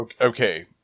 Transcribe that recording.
Okay